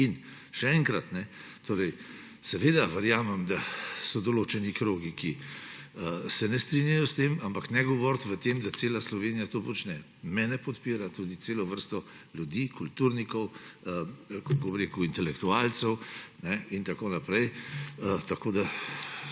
In še enkrat, seveda verjamem da so določeni krogi, ki se ne strinjajo s tem, ampak ne govoriti o tem, da cela Slovenija to počne. Mene podpira tudi celo vrsto ljudi, kulturnikov, intelektualcev, kako bi